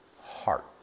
heart